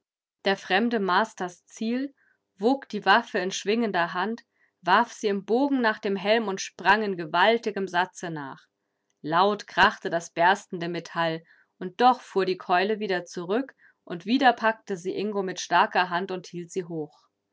der fremde maß das ziel wog die waffe in schwingender hand warf sie im bogen nach dem helm und sprang in gewaltigem satze nach laut krachte das berstende metall und doch fuhr die keule wieder zurück und wieder packte sie ingo mit starker hand und hielt sie hoch